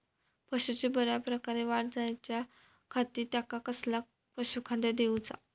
पशूंची बऱ्या प्रकारे वाढ जायच्या खाती त्यांका कसला पशुखाद्य दिऊचा?